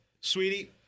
sweetie